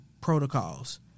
protocols